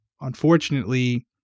unfortunately